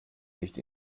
nicht